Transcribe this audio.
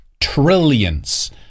trillions